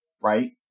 right